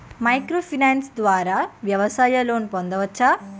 Micro finance ద్వారా వ్యవసాయ loan పొందవచ్చా?